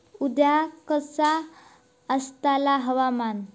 उद्या कसा आसतला हवामान?